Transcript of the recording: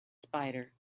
spider